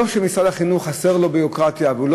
לא שמשרד החינוך חסרה לו ביורוקרטיה והוא לא